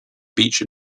beach